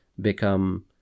become